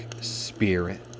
spirit